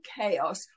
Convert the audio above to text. chaos